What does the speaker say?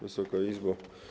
Wysoka Izbo!